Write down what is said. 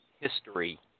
history